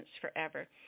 forever